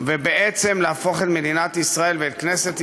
ובעצם להפוך את מדינת ישראל, ואת כנסת ישראל,